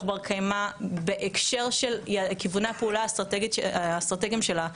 בר קיימא בהקשר של כיווני הפעולה האסטרטגיים שלה,